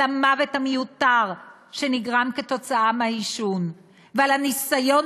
על המוות המיותר שנגרם כתוצאה מהעישון ועל הניסיון